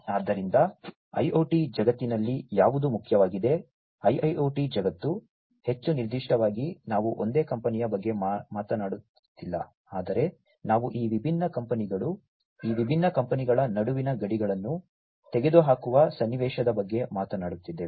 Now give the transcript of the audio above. ಆದ್ದರಿಂದ IoT ಜಗತ್ತಿನಲ್ಲಿ ಯಾವುದು ಮುಖ್ಯವಾಗಿದೆ IIoT ಜಗತ್ತು ಹೆಚ್ಚು ನಿರ್ದಿಷ್ಟವಾಗಿ ನಾವು ಒಂದೇ ಕಂಪನಿಯ ಬಗ್ಗೆ ಮಾತನಾಡುತ್ತಿಲ್ಲ ಆದರೆ ನಾವು ಈ ವಿಭಿನ್ನ ಕಂಪನಿಗಳು ಈ ವಿಭಿನ್ನ ಕಂಪನಿಗಳ ನಡುವಿನ ಗಡಿಗಳನ್ನು ತೆಗೆದುಹಾಕುವ ಸನ್ನಿವೇಶದ ಬಗ್ಗೆ ಮಾತನಾಡುತ್ತಿದ್ದೇವೆ